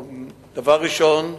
דבר ראשון,